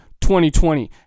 2020